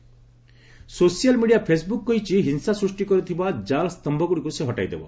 Facebook social media Facebook କହିଛି ହିଂସା ସୃଷ୍ଟି କର୍ତ୍ତିବା ଜାଲ ସ୍ତମ୍ଭଗୁଡ଼ିକୁ ସେ ହଟାଇଦେବ